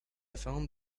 found